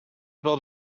build